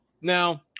now